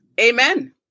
Amen